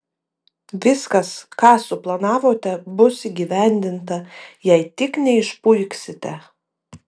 viskas ką suplanavote bus įgyvendinta jei tik neišpuiksite